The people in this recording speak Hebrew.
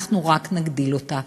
אנחנו רק נגדיל אותה.